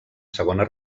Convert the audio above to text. segona